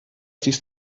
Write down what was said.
dies